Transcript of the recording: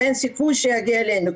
ואין סיכוי שיגיע אלינו.